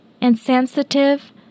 insensitive